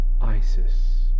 Isis